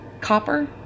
copper